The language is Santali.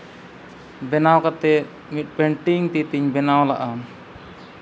ᱵᱮᱱᱟᱣ ᱠᱟᱛᱮᱫ ᱢᱤᱫ ᱯᱮᱹᱱᱴᱤᱝ ᱛᱤᱛᱤᱧ ᱵᱮᱱᱟᱣ ᱞᱮᱫᱼᱟ